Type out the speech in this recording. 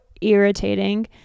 irritating